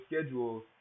schedule